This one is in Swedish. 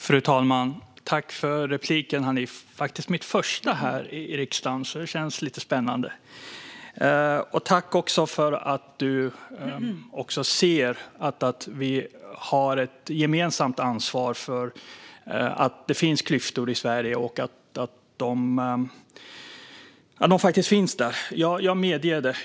Fru talman! Tack för repliken, Hanif! Det är faktiskt mitt första replikskifte här i riksdagen, så det känns lite spännande. Tack också för att du ser att vi har ett gemensamt ansvar för att det finns klyftor i Sverige. De finns där; jag medger det.